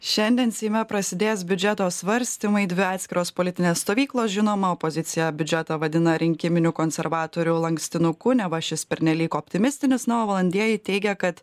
šiandien seime prasidės biudžeto svarstymai dvi atskiros politinės stovyklos žinoma opozicija biudžetą vadina rinkiminiu konservatorių lankstinuku neva šis pernelyg optimistinis na o valantieji teigia kad